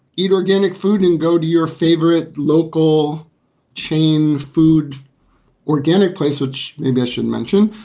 eat organic food and go to your favorite local chain food organic place, which maybe i should mention.